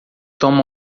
toma